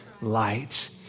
light